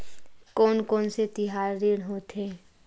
कोन कौन से तिहार ऋण होथे?